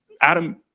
Adam